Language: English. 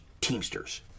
Teamsters